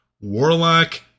Warlock